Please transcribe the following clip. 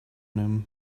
him